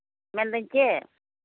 ᱢᱮᱱᱫᱟᱹᱧ ᱪᱮᱫ